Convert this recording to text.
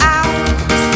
out